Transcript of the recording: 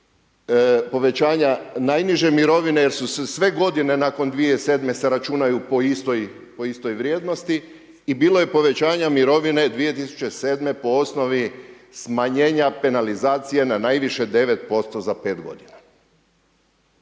povećanja najniže mirovine jer su se sve godine nakon 2007. se računaju po istoj vrijednosti. I bilo je povećanja mirovine 2007. po osnovi smanjenja penalizacije na najviše 9% za 5 godina.